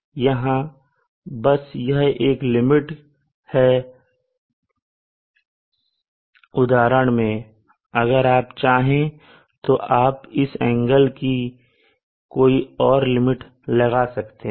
यहां बस यह एक लिमिट है उदाहरण में अगर आप चाहें तो आप इस एंगल की कोई और लिमिट लगा सकते हैं